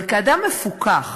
אבל כאדם מפוכח,